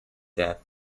death